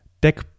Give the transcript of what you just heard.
deck